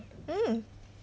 mm